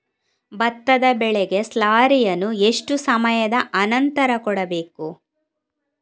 ಭತ್ತದ ಬೆಳೆಗೆ ಸ್ಲಾರಿಯನು ಎಷ್ಟು ಸಮಯದ ಆನಂತರ ಕೊಡಬೇಕು?